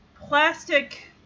plastic